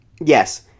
Yes